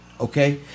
Okay